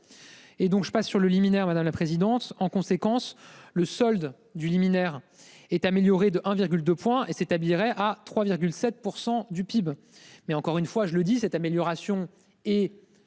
Et donc je passe sur le liminaire, madame la présidente. En conséquence, le solde du liminaire est amélioré de 1,2 points et s'établirait à 3,7% du PIB. Mais encore une fois je le dis, cette amélioration est